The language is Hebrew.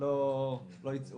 לא ייצאו.